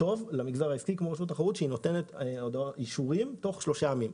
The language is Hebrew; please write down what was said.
טוב למידע העסקי כשהיא נותנת אישורים תוך שלושה ימים.